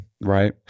Right